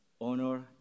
honor